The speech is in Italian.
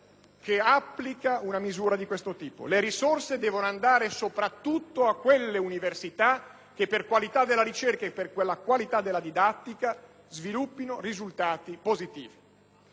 che applica una misura di questo tipo. Le risorse devono andare soprattutto a quelle università che per qualità della ricerca e della didattica sviluppino risultati positivi.